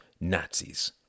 Nazis